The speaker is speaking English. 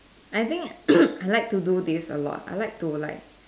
I think I like to do this a lot I like to like